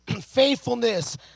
faithfulness